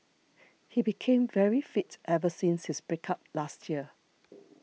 he became very fit ever since his break up last year